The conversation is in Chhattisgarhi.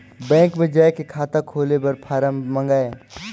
बैंक मे जाय के खाता खोले बर फारम मंगाय?